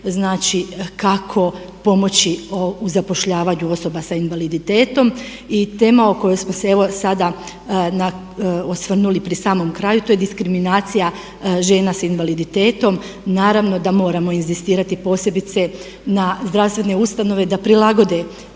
znači kako pomoći u zapošljavanju osoba sa invaliditetom i tema o kojoj smo se evo sada osvrnuli pri samom kraju, to je diskriminacija žena s invaliditetom. Naravno da moramo inzistirati posebice na zdravstvene ustanove da prilagode